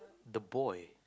the boy